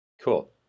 Cool